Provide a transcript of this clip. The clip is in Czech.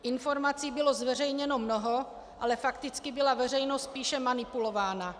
Informací bylo zveřejněno mnoho, ale fakticky byla veřejnost spíše manipulována.